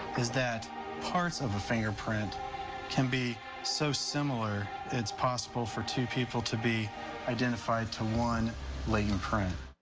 is that parts of a fingerprint can be so similar, it's possible for two people to be identified to one like and print.